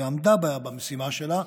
ועמדה במשימה שלה,